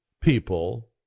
people